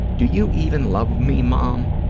do you even love me, mom?